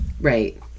Right